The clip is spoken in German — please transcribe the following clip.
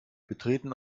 betreten